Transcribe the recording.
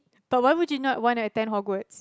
but why would you not wanna attend Hogwarts